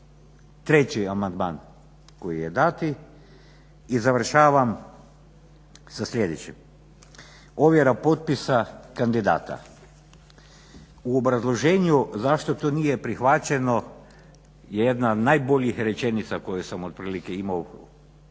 treći amandman koji je dan. I završavam sa sljedećim. Ovjera potpisa kandidata – u obrazloženju zašto to nije prihvaćeno je jedna od najboljih rečenica koje sam otprilike imao u ovom